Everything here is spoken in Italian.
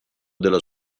della